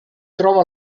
trova